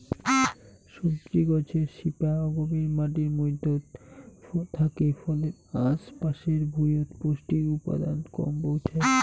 সবজি গছের শিপা অগভীর মাটির মইধ্যত থাকে ফলে আশ পাশের ভুঁইয়ত পৌষ্টিক উপাদান কম পৌঁছায়